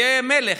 יהיה מלך.